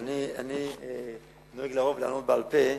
אני נוהג לבוא ולענות בעל-פה,